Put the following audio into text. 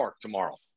tomorrow